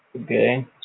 Okay